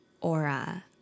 aura